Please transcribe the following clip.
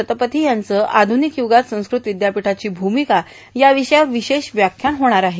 शतपथी यांचं आधुनिक युगात संस्कृत विद्यापीठाची भूमिका या विषयावर विशेष व्याख्यान होणार आहे